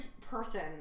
person